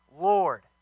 Lord